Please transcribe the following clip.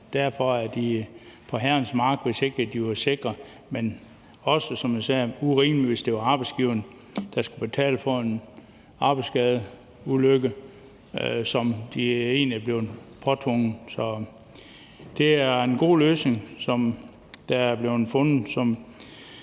de være på herrens mark, hvis ikke de var sikret. Men det ville også, som jeg sagde, være urimeligt, hvis det var arbejdsgiveren, der skulle betale for en arbejdsskade under nogle omstændigheder, de egentlig var blevet påtvunget. Så det er en god løsning, der er blevet fundet, som